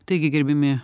taigi gerbiami